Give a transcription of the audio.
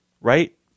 Right